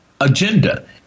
agenda